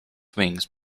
wings